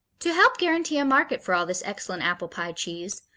to help guarantee a market for all this excellent apple-pie cheese,